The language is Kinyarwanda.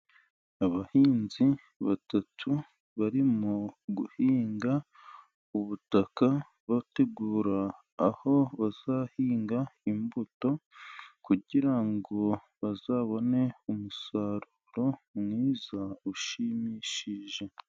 Abahinzi batatu barimo guhinga ubutaka bategura aho bazahinga imbuto, kugira ngo bazabone umusaruro mwiza ushimishije.